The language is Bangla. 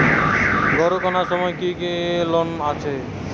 গরু কেনার জন্য কি কোন লোন আছে?